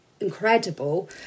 incredible